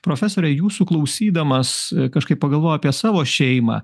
profesore jūsų klausydamas kažkaip pagalvojau apie savo šeimą